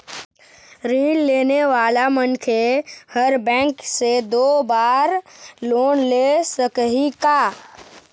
ऋण लेने वाला मनखे हर बैंक से दो बार लोन ले सकही का?